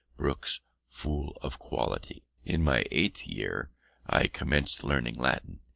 brooke's fool of quality. in my eighth year i commenced learning latin,